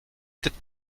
est